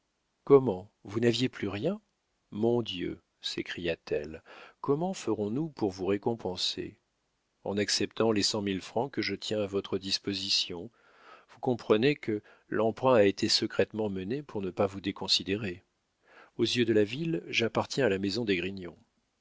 comment vous n'aviez plus rien mon dieu s'écria-t-elle comment ferons-nous pour vous récompenser en acceptant les cent mille francs que je tiens à votre disposition vous comprenez que l'emprunt a été secrètement mené pour ne pas vous déconsidérer aux yeux de la ville j'appartiens à la maison d'esgrignon